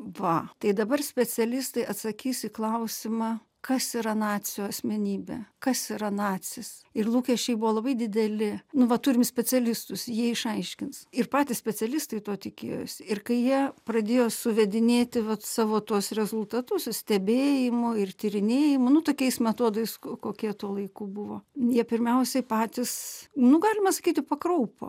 va tai dabar specialistai atsakys į klausimą kas yra nacių asmenybė kas yra nacis ir lūkesčiai buvo labai dideli nu vat turim specialistus jie išaiškins ir patys specialistai to tikėjosi ir kai jie pradėjo suvedinėti vat savo tuos rezultatus su stebėjimų ir tyrinėjimų nu tokiais metodais kokie tuo laiku buvo jie pirmiausiai patys nu galima sakyti pakraupo